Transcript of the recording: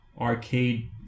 arcade